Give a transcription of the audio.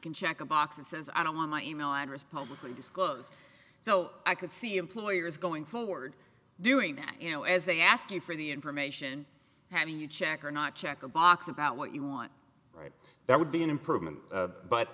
can check a box that says i don't want my email address publicly disclosed so i could see employers going forward doing that you know as they ask you for the information have you check or not check a box about what you want right that would be an improvement